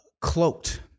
cloaked